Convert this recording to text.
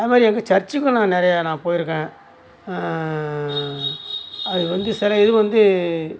அது மாதிரி எங்கள் சர்ச்சுங்களும் நிறையா நான் போயிருக்கேன் அது வந்து சில இது வந்து